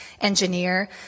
engineer